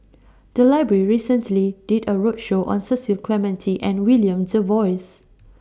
The Library recently did A roadshow on Cecil Clementi and William Jervois